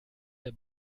der